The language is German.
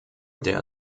der